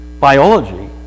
biology